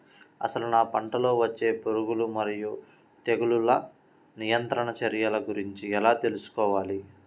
అసలు నా పంటలో వచ్చే పురుగులు మరియు తెగులుల నియంత్రణ చర్యల గురించి ఎలా తెలుసుకోవాలి?